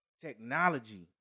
Technology